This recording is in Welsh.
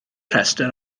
rhestr